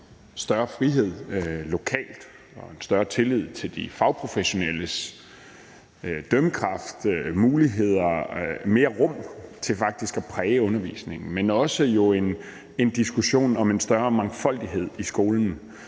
større frihed lokalt, en større tillid til de fagprofessionelles dømmekraft og muligheder for og mere rum til faktisk at præge undervisningen, men jo også en diskussion om en større mangfoldighed i skolen,